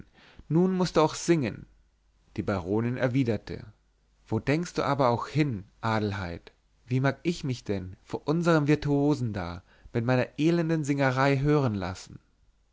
nun mußt du auch singen die baronin erwiderte wo denkst du aber auch hin adelheid wie mag ich mich denn vor unserm virtuosen da mit meiner elenden singerei hören lassen